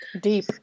deep